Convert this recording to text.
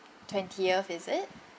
twentieth is it